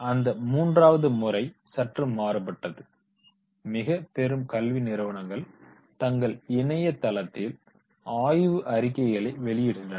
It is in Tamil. அந்த மூன்றாவது முறை சற்று மாறுபட்டது மிக பெரும் கல்வி நிறுவனங்கள் தங்கள் இணைய தளத்தில் ஆய்வு அறிக்கைகளை வெளியிடுகின்றன